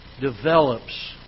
develops